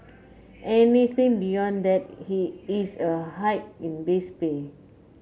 anything beyond that is a hike in base pay